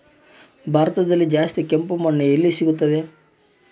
ಭಾರತದಲ್ಲಿ ಜಾಸ್ತಿ ಕೆಂಪು ಮಣ್ಣು ಎಲ್ಲಿ ಸಿಗುತ್ತದೆ?